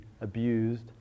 abused